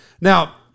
Now